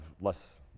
less